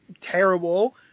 terrible